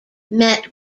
met